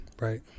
Right